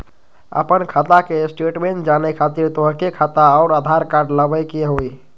आपन खाता के स्टेटमेंट जाने खातिर तोहके खाता अऊर आधार कार्ड लबे के होइ?